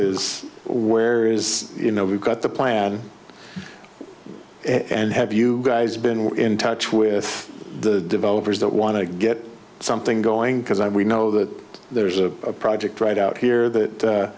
is where is you know we've got the plan and have you guys been in touch with the developers that want to get something going because i we know that there's a project right out here that